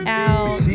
out